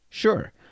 Sure